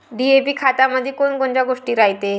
DAP खतामंदी कोनकोनच्या गोष्टी रायते?